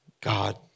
God